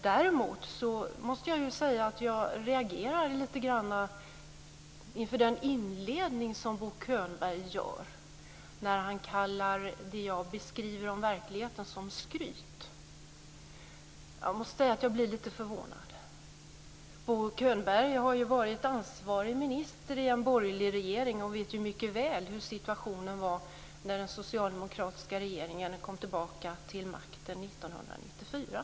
Däremot måste jag säga att jag reagerar lite grann inför den inledning som Bo Könberg gör när han kallar det jag beskriver om verkligheten för skryt. Jag måste säga att jag blir lite förvånad. Bo Könberg har ju varit ansvarig minister i en borgerlig regering och vet mycket väl hur situationen var när den socialdemokratiska regeringen kom tillbaka till makten 1994.